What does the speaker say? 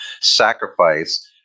sacrifice